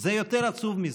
זה יותר עצוב מזה.